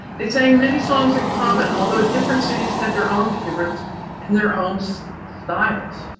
they sang many songs in common, although different cities had their own favorites and their own styles.